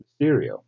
Mysterio